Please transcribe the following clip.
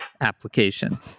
application